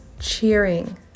cheering